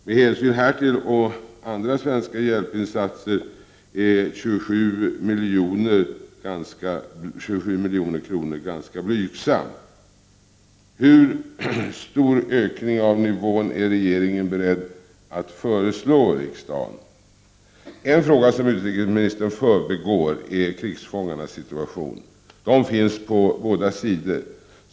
Med hänsyn härtill och till andra svenska hjälpinsatser är 27 milj.kr. ganska blygsamt. Hur stor ökning av nivån är regeringen beredd att föreslå riksdagen? En fråga som utrikesministern förbigår är krigsfångarnas situation. De finns på båda sidor.